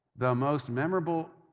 the most memorable